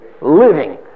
living